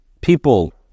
people